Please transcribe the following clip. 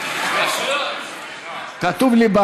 כתוב לי.